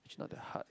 not that hard